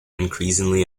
increasingly